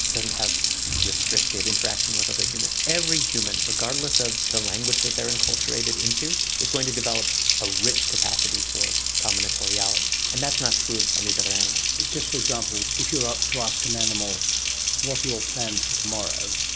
doesn't have restricted interaction with other humans, every human, regardless of the language that they are enculturated into, is going to develop a rich capacity for combinatoriality. and that's not true of of these other animals. just for example, if you were to ask an animal what are your plans for tomorrow?